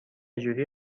جوری